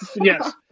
yes